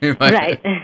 Right